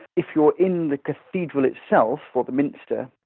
if you're in the cathedral itself, or the minster,